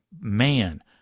man